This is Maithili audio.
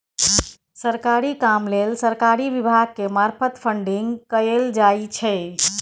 सरकारी काम लेल सरकारी विभाग के मार्फत फंडिंग कएल जाइ छै